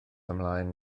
ymlaen